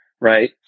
right